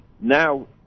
now